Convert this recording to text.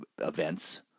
events